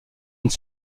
une